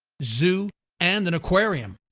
zoo and an aquarium.